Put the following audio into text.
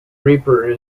reaper